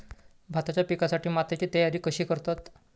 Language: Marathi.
भाताच्या पिकासाठी मातीची तयारी कशी करतत?